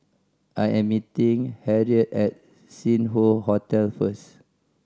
I am meeting Harriett at Sing Hoe Hotel first